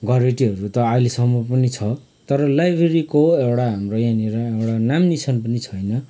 घरेटीहरू त अहिलेसम्म पनि छ तर लाइब्रेरीको एउटा हाम्रो यहाँनिर एउटा नाम निसान पनि छैन